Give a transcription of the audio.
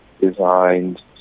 designed